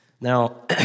Now